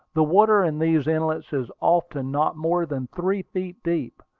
the water in these inlets is often not more than three feet deep,